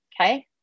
okay